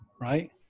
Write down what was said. right